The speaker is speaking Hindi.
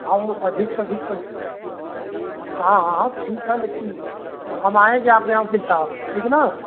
हाँ वह अधिक से अधिक पाइस हाँ हाँ हाँ ठीक है लेकिन हम आएँगे आपके यहाँ वकील साहब ठीक है ना